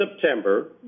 September